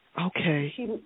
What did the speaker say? Okay